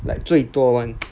like 最多 [one]